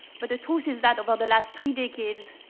but the truth is that over the last three decades,